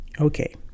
Okay